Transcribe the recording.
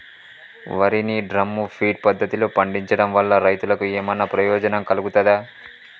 వరి ని drum feed పద్ధతిలో పండించడం వల్ల రైతులకు ఏమన్నా ప్రయోజనం కలుగుతదా?